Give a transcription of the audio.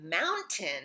Mountain